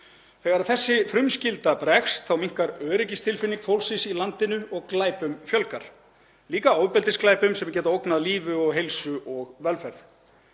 Þegar þessi frumskylda bregst þá minnkar öryggistilfinning fólksins í landinu og glæpum fjölgar, líka ofbeldisglæpum sem geta ógnað lífi og heilsu og velferð.